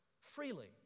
freely